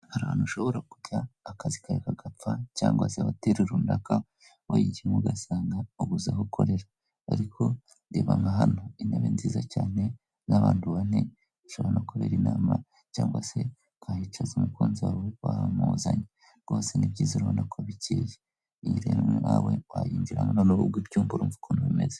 Hari ahantu ushobora kujya akazi kawe kagapfa cyangwa se hoteri runaka wayijyemo ugasanga ubuze aho ukorera ariko reba nka hano intebe nziza cyane za bantu bane hashobora no kubera inama cyangwa se ukayicaza umukunzi wawe wahamuzanye rwose ni byiza urabona ko bikeye nawe wayinjiramo noneho utyo ukumva ukuntu bimeze.